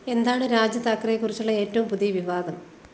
എന്താണ് രാജ് താക്കറേയെ കുറിച്ചുള്ള ഏറ്റവും പുതിയ വിവാദം